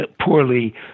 poorly